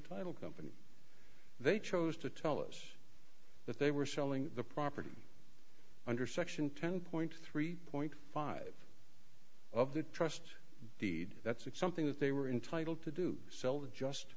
title company they chose to tell us that they were selling the property under section ten point three point five of the trust deed that's it something that they were entitled to do sell just